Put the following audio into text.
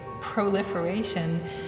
proliferation